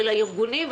ולארגונים,